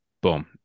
boom